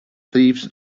thieves